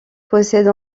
possède